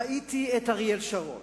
ראיתי את אריאל שרון